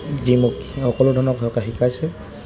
যি মোক সকলো ধৰণক কথা শিকাইছে